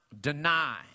deny